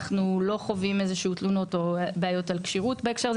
אנחנו לא חווים איזה שהם תלונות או בעיות של כשירות בנושא הזה.